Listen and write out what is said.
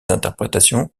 interprétations